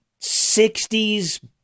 60s